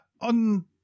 on